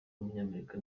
w’umunyamerika